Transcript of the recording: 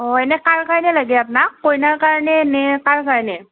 অঁ এনে কাৰ কাৰণে লাগে আপোনাক কইনাৰ কাৰণে নে কাৰ কাৰণে